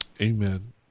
Amen